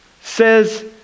says